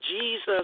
Jesus